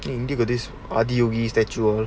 you look at this ஆதியோகி:aadhi yoki statue all